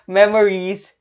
memories